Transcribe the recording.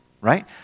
right